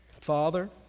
Father